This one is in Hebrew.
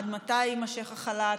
עד מתי יימשך החל"ת,